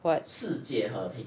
what